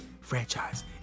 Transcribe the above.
franchise